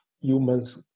humans